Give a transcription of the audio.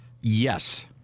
Yes